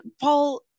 paul